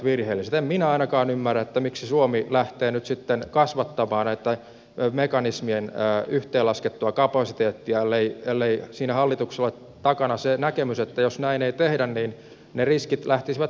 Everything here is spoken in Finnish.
en minä ainakaan ymmärrä miksi suomi lähtee nyt sitten kasvattamaan mekanismien yhteenlaskettua kapasiteettia ellei siinä hallituksella ole takana se näkemys että jos näin ei tehtäisi ne riskit lähtisivät realisoitumaan